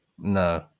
No